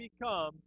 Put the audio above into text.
become